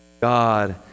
God